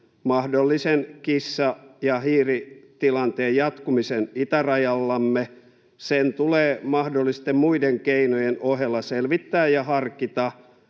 mahdollisen kissa ja hiiri ‑tilanteen jatkumisen itärajallamme, sen tulee mahdollisten muiden keinojen ohella selvittää ja harkita